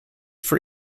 for